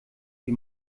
die